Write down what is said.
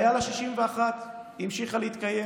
היו לה 61 והיא המשיכה להתקיים.